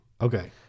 Okay